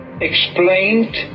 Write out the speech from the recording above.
explained